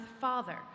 father